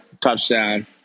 touchdown